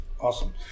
Awesome